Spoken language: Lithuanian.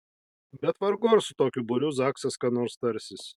bet vargu ar su tokiu būriu zaksas ką nors tarsis